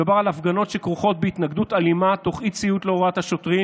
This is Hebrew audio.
מדובר על הפגנות שכרוכות בהתנגדות אלימה תוך אי-ציות להוראת השוטרים